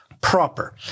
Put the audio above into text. proper